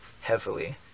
heavily